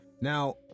Now